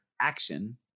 action